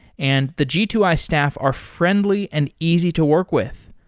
and the g two i staff are friendly and easy to work with.